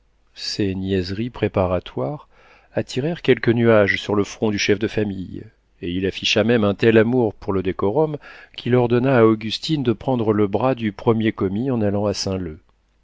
ces niaiseries préparatoires attirèrent quelques nuages sur le front du chef de famille et il afficha même un tel amour pour le décorum qu'il ordonna à augustine de prendre le bras du premier commis en allant à